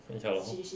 mm ya lor